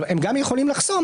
אבל הם גם יכולים לחסום.